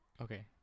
okay